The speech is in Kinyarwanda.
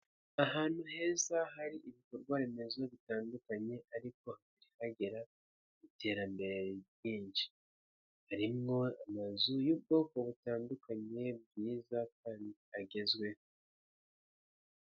Ahantu heza hari ibikorwaremezo bitandukanye ariko hatari hagera iterambere ryinshi, harimo amazu y'ubwoko butandukanye bwiza kandi agezweho.